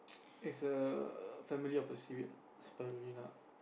it's a family of a seaweed ah Spirulina